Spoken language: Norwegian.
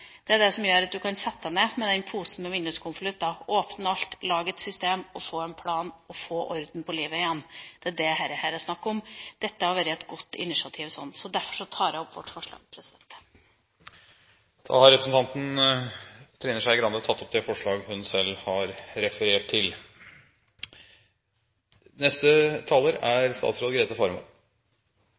som gjør at de kan sette deg ned med den posen med vinduskonvolutter, åpne alt, lage et system og få en plan og få orden på livet igjen. Det er det dette er snakk om. Dette har vært et godt initiativ. Derfor tar jeg opp vårt forslag. Representanten Trine Skei Grande har tatt opp det forslaget hun refererte til. Jeg tror vi alle deler bekymringen for dem som havner i gjeldsfellen. Regjeringen er